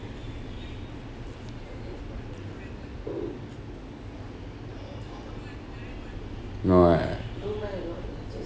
no I